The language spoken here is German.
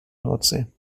nordsee